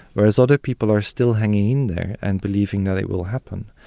whereas other people are still hanging in there and believing that it will happen.